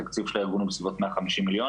התקציב של הארגון הוא בסביבות 150 מיליון